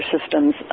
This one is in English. systems